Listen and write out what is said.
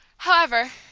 however,